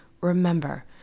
remember